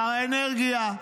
שר האנרגיה,